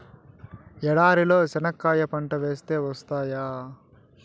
ఎడారి నేలలో చెనక్కాయ పంట వేస్తే వస్తాయా?